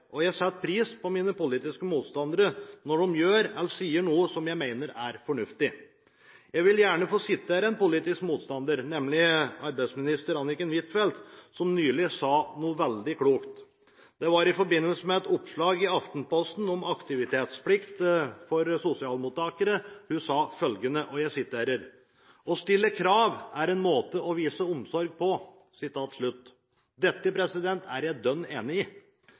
og jeg setter pris på mine politiske motstandere når de gjør eller sier noe som jeg mener er fornuftig. Jeg vil gjerne få vise til en politisk motstander, nemlig arbeidsminister Anniken Huitfeldt, som nylig sa noe veldig klokt. Hun sa i forbindelse med et oppslag i Aftenposten om aktivitetsplikt for sosialmottakere at å stille krav er en måte å vise omsorg på. Dette er jeg dønn enig i.